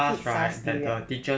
会杀死你的